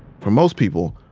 for most people,